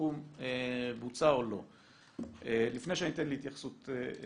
בסיכום בוצע או לא לפני שאני אתן להתייחסות ח"כים.